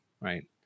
right